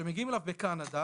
שמגיעים אליו בקנדה,